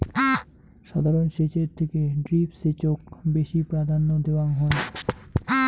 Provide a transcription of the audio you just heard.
সাধারণ সেচের থেকে ড্রিপ সেচক বেশি প্রাধান্য দেওয়াং হই